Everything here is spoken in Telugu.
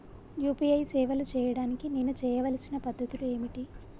యూ.పీ.ఐ సేవలు చేయడానికి నేను చేయవలసిన పద్ధతులు ఏమిటి?